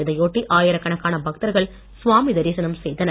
இதையொட்டி ஆயிரக்கணக்கான பக்தர்கள் சாமி தரிசனம் செய்தனர்